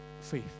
faith